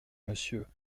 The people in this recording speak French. monsieur